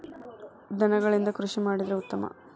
ದನಗಳಿಂದ ಕೃಷಿ ಮಾಡಿದ್ರೆ ಉತ್ತಮ